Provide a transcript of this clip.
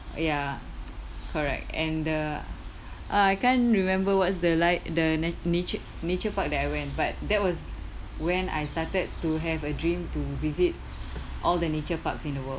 ya correct and the I can't remember what's the like the nature nature park that I went but that was when I started to have a dream to visit all the nature parks in the world